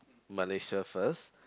Malaysia first